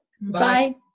Bye